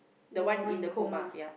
the one in coma